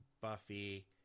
Buffy –